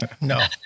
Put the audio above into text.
No